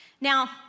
Now